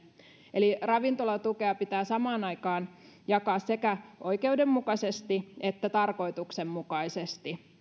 eli ravintolatukea pitää samaan aikaan jakaa sekä oikeudenmukaisesti että tarkoituksenmukaisesti